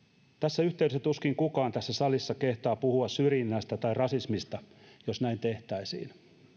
tässä yhteydessä tuskin kukaan tässä salissa kehtaa puhua syrjinnästä tai rasismista jos näin tehtäisiin kun